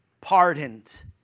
pardoned